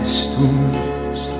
storms